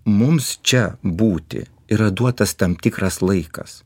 mums čia būti yra duotas tam tikras laikas